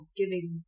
giving